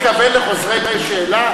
החוק הזה מתכוון לחוזרים בשאלה?